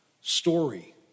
story